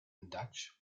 dutch